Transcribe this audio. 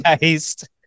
taste